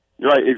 Right